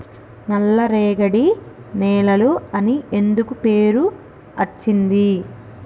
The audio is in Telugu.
నల్లరేగడి నేలలు అని ఎందుకు పేరు అచ్చింది?